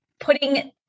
putting